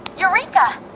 eureka!